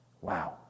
Wow